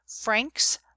Franks